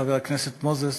חבר הכנסת מוזס,